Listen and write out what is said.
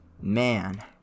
man